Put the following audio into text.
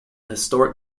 historic